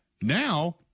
Now